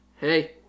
hey